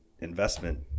investment